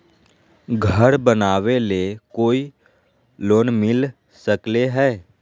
घर बनावे ले कोई लोनमिल सकले है?